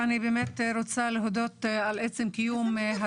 אני באמת רוצה להודות על עצם קיום הדיון הזה.